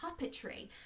puppetry